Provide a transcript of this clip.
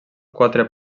quatre